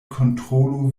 kontrolu